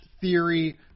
theory